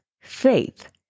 faith